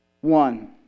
One